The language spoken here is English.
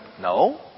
No